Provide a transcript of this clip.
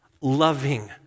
loving